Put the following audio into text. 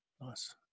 Nice